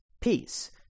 peace